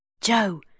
Joe